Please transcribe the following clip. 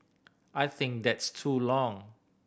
I think that's too long